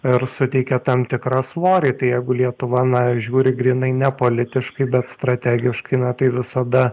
ir suteikia tam tikrą svorį tai jeigu lietuva na žiūri grynai ne politiškai bet strategiškai na tai visada